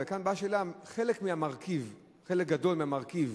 השאלה: חלק גדול מהמרכיב, חלק גדול מהמרכיב